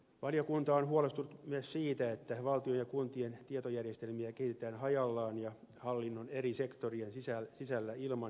valiokunta on huolestunut myös siitä että valtion ja kuntien tietojärjestelmiä kehitetään hajallaan ja hallinnon eri sektorien sisällä ilman yhteistä arkkitehtuuria